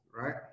right